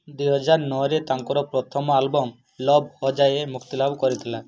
ଦୁଇହଜାରରେ ତାଙ୍କର ପ୍ରଥମ album love ହୋ ଜାଏ ମୁକ୍ତିଲାଭ କରିଥିଲା